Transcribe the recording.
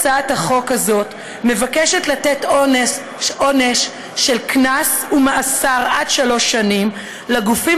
בהצעת החוק הזאת מוצע לתת עונש של קנס ומאסר עד שלוש שנים לגופים